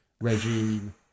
regime